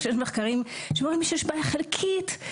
כשיש מחקרים שמראים שיש בעיה חלקית,